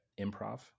improv